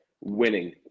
winning